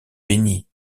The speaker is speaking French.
béni